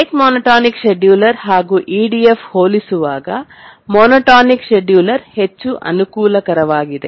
rate monotonic scheduler ಹಾಗೂ EDF ಹೋಲಿಸುವಾಗ monotonic scheduler ಹೆಚ್ಚು ಅನುಕೂಲಕರವಾಗಿದೆ